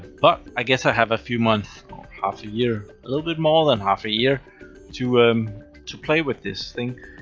but, i guess i have a few months or half a year, a little bit more than half a year to um to play with this thing.